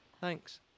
Thanks